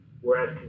Whereas